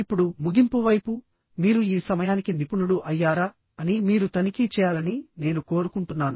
ఇప్పుడు ముగింపు వైపుమీరు ఈ సమయానికి నిపుణుడు అయ్యారా అని మీరు తనిఖీ చేయాలని నేను కోరుకుంటున్నాను